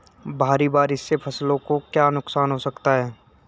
भारी बारिश से फसलों को क्या नुकसान हो सकता है?